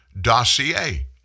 dossier